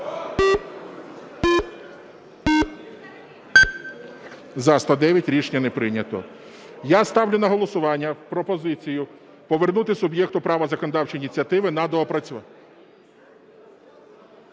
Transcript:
За-109 Рішення не прийнято. Я ставлю на голосування пропозицію повернути суб'єкту права законодавчої ініціативи на доопрацювання.